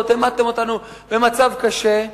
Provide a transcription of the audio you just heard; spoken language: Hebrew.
העמדתם אותנו במצב קשה,